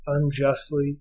unjustly